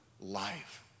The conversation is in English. life